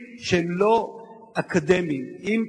הם